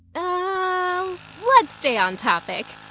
ah, let's stay on topic.